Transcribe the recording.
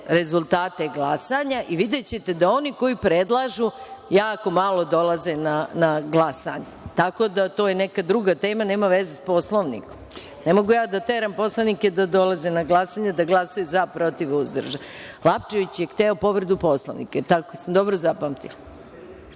rezultate glasanja i videćete da oni koji predlažu jako malo dolaze na glasanje. Tako da to je neka druga tema, nema veze sa Poslovnikom. Ne mogu da teram poslanike da dolaze na glasanje, da glasaju za, protiv, uzdržan. Lapčević je hteo povredu Poslovnika. Da li sam dobro zapamtila?